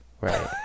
right